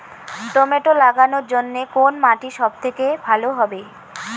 Tomato লাগানোর জন্যে কোন মাটি সব থেকে ভালো হবে?